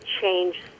change